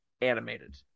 animated